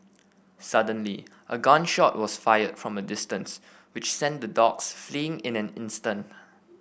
suddenly a gun shot was fired from a distance which sent the dogs fleeing in an instant